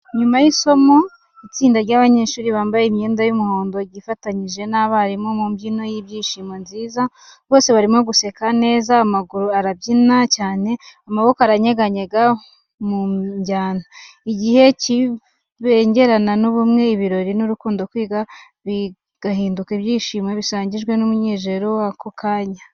Nyuma y’isomo, itsinda ry’abanyeshuri bambaye imyenda y’umuhondo ryifatanyije n’abarimu mu mbyino y’ibyishimo nziza. Bose barimo guseka neza, amaguru arabyina cyane, amaboko aranyeganyega mu njyana. Igihe kirabengerana n’ubumwe, ibirori n’urukundo, kwiga bigahinduka ibyishimo bisangiwe n’umunezero w’ako kanya.